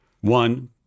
one